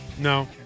No